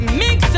mix